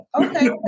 Okay